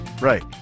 Right